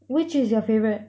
which is your favorite